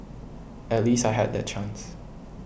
at least I had that chance